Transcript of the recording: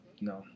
No